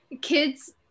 Kids